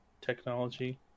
technology